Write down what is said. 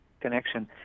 connection